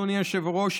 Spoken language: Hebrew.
אדוני היושב-ראש,